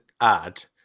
add